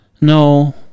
No